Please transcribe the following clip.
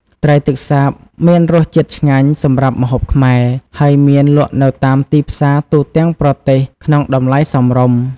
ត្រីទឹកសាបមានរស់ជាតិឆ្ងាញ់សម្រាប់ម្ហូបខ្មែរ ហើយមានលក់នៅតាមទីផ្សារទូទាំងប្រទេសក្នុងតម្លៃសមរម្យ។